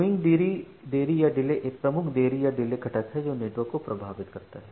queuing देरी या delay एक प्रमुख देरी या डिले घटक है जो नेटवर्क को प्रभावित करता है